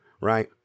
right